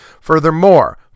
Furthermore